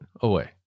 away